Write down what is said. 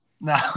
No